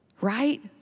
right